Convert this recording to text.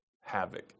havoc